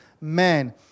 man